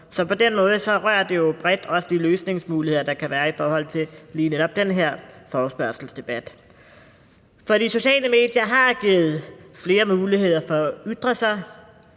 Så på den måde berører det jo meget, også de løsningsmuligheder, der kan være i forhold til lige netop den her forespørgselsdebat. For de sociale medier har givet flere muligheder for at ytre sig